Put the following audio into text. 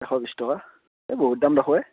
এশ বিছ টকা এই বহুত দাম দেখোঁ এ